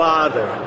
Father